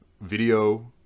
video